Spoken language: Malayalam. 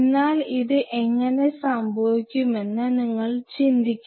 എന്നാൽ ഇത് എങ്ങനെ സംഭവിക്കുമെന്ന് നിങ്ങൾക്ക് ചിന്തിക്കണം